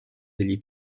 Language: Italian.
degli